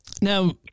Now